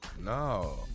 No